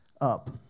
up